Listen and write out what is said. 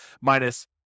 minus